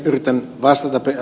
yritän vastata ed